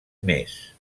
més